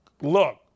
look